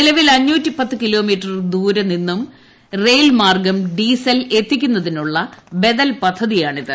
നിലവിൽ ടാർ കിലോമീറ്റർ ദൂരെ നിന്നും റെയിൽ മാർഗ്ഗം ഡീസൽ എത്തിക്കുന്നതിനുള്ള ബദൽ പദ്ധതിയാണിത്